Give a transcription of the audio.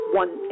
one